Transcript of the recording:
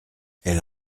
elle